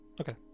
Okay